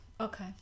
Okay